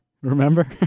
Remember